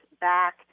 back